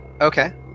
Okay